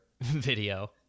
video